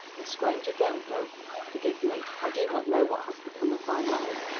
miss granger, don't go forgive me. i do not know what has become of my manners,